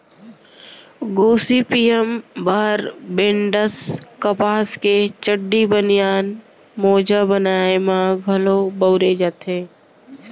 Gossypium barbadense कपसा के चड्डी, बनियान, मोजा बनाए म घलौ बउरे जाथे